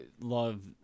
love